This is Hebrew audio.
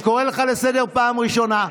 אני קורא אותך לסדר פעם ראשונה.